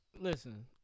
listen